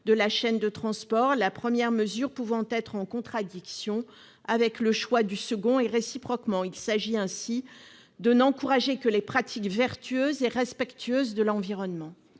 de la chaîne de transport, la première mesure pouvant être en contradiction avec la seconde, et réciproquement. Il s'agit ainsi de n'encourager que les pratiques vertueuses et respectueuses de l'environnement.